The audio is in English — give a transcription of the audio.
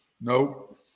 Nope